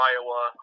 Iowa